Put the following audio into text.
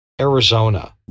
Arizona